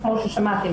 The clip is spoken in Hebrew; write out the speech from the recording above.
כמו ששמעתם,